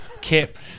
Kip